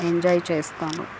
enjoy చేస్తాను